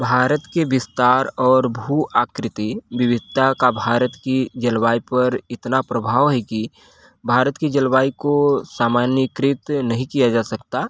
भारत के विस्तार और भू आकृति विविधता का भारत की जलवायु पर इतना प्रभाव है कि भारत की जलवायु को सामान्यकृत नहीं किया जा सकता